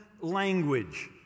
language